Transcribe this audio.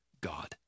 God